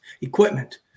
equipment